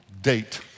date